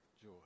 joy